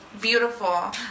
beautiful